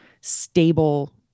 stable